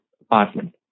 apartment